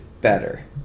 better